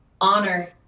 honor